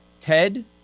Ted